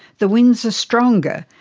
the winds are stronger,